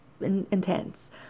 intense